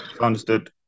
understood